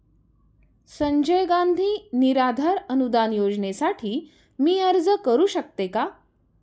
संजय गांधी निराधार अनुदान योजनेसाठी मी अर्ज करू शकते का?